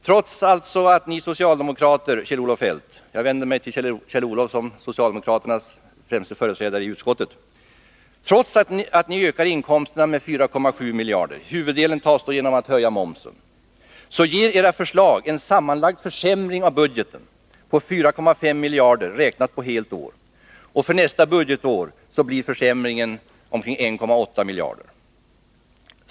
Trots att ni socialdemokrater, Kjell-Olof Feldt — jag vänder mig till Kjell-Olof Feldt, eftersom han är socialdemokraternas främste företrädare i utskottet — ökar inkomsterna med 4,7 miljarder, huvudsakligen genom att höja momsen, ger era förslag en sammanlagd försämring av budgeten på 4,5 miljarder, räknat på helt år. För nästa budgetår blir försämringen omkring 1,8 miljarder.